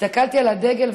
הסתכלתי על הדגל,